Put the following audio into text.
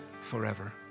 forever